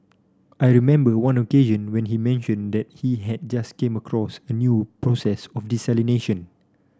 I remember one occasion when he mentioned that he had just came across a new process of desalination